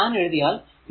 ഇത് ഞാൻ എഴുതിയാൽ